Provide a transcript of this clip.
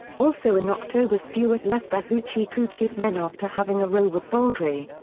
also in october stewart left the hoochie coochie men after having a row with baldry.